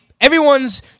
everyone's